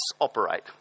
operate